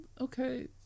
okay